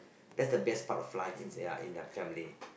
that's the best part of life if they are in the family